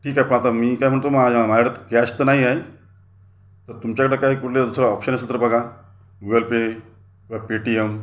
ठीक आहे पाहतो मी काय म्हणतो मा माझ्याकडं कॅश तर नाही आहे तर तुमच्याकडं काय कुठलं दुसरा ऑपशन असेल तर बघा गुगल पे किंवा पेटियम